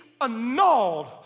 annulled